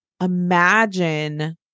Imagine